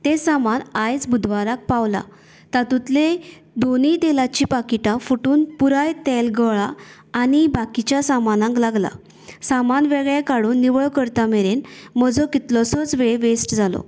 तें सामान आयज बुधवाराक पावलां तातूंतलें दोनय तेलांचीं पाकिटां फुटून पुराय तेल गळ्ळां आनी बाकिच्या सामानांक लागलां सामान वेगळें काडून निवळ करता मेरेन म्हजो कितलोसोच वेळ वेस्ट जालो